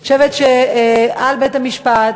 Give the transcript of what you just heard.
אני חושבת שעל בית-המשפט,